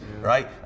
Right